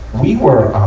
we were,